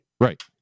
right